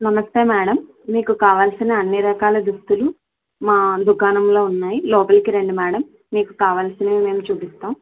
నమస్తే మేడం మీకు కావాల్సిన అన్ని రకాల దుస్తులు మా దుకాణంలో ఉన్నాయి లోపలికి రండి మేడం మీకు కావాల్సినవి మేము చూపిస్తాం